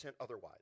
otherwise